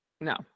No